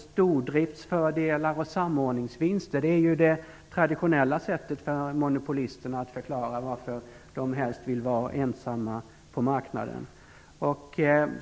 Stordriftsfördelar och samordningsvinster är ju det traditionella sättet för monopolisterna att förklara varför de helst vill vara ensamma på marknaden.